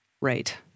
right